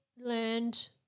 learned